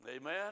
Amen